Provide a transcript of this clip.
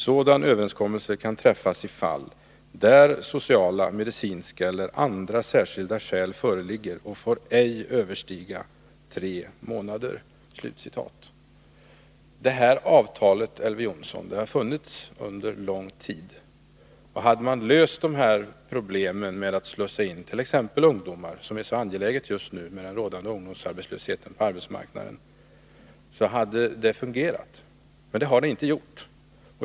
Sådan överenskommelse kan träffas i fall, där sociala, medicinska eller andra särskilda skäl föreligger och får ej överstiga tre månader.” Detta avtal, Elver Jonsson, har funnits under lång tid. Hade man löst problemet med att slussa in t.ex. ungdomar, vilket är så angeläget just nu med den rådande ungdomsarbetslösheten på arbetsmarknaden, hade avtalet fungerat, men det har man inte gjort.